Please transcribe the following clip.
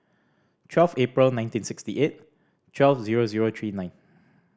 twelve April nineteen sixty eight twelve zero zero three nine